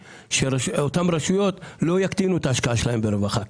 אנחנו מקדמים בברכה את שר הרווחה ידידי חבר הכנסת יעקב מרגי.